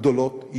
הגדולות,